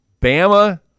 Bama